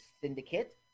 syndicate